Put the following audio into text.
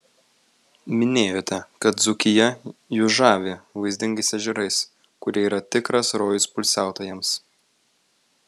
minėjote kad dzūkija jus žavi vaizdingais ežerais kurie yra tikras rojus poilsiautojams